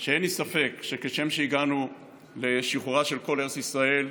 לכך שאין לי ספק שכשם שהגענו לשחרורה של כל ארץ ישראל,